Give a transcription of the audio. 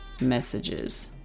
messages